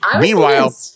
Meanwhile